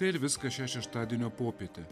tai ir viskas šeštadienio popietę